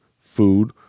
food